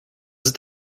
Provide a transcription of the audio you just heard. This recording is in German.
ist